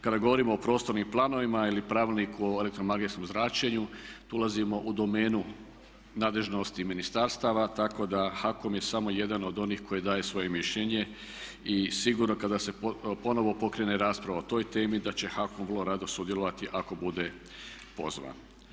Kada govorimo o prostornim planovima ili pravilniku o elektromagnetskom zračenju tu ulazimo u domenu nadležnosti ministarstava tako da HAKOM je samo jedan od onih koji daje svoje mišljenje i sigurno kada se ponovno pokrene rasprava o toj temi da će HAKOM vrlo rado sudjelovati ako bude pozvan.